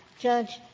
judge,